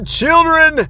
children